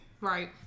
Right